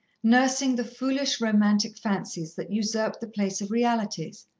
nursing the foolish, romantic fancies that usurped the place of realities,